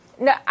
No